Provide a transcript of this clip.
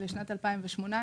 לשנת 2018,